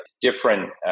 different